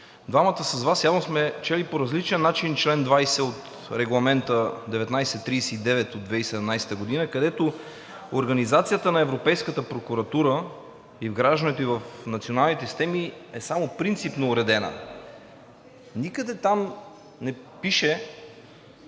двамата с Вас явно сме чели по различен начин чл. 20 от Регламент 1939/2017 г., където организацията на Европейската прокуратура и вграждането ѝ в националните системи е само принципно уредена. Никъде там не пише